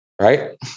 right